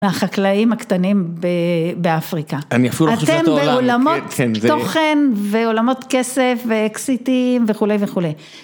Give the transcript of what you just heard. החקלאים הקטנים באפריקה, אתם בעולמות תוכן ועולמות כסף ואקסיטים וכולי וכולי.